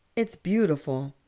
it's beautiful.